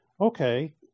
Okay